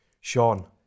Sean